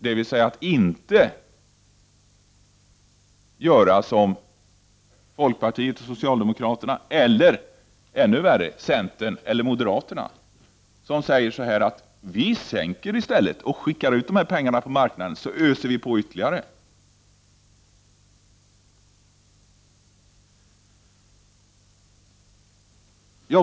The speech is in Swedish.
Man bör inte göra som folkpartiet och socialdemokraterna, eller ännu värre centern och moderaterna som säger: Vi sänker skatterna och skickar ut dessa pengar på marknaden. Vi öser på ytterligare.